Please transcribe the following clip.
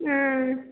ஆ